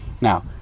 Now